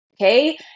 okay